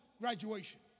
graduation